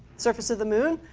surface of the moon,